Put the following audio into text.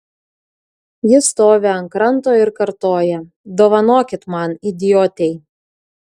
ji stovi ant kranto ir kartoja dovanokit man idiotei